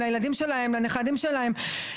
שלהם, לילדים שלהם, לנכדים שלהם.